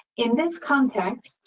in this context,